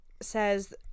says